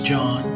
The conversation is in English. John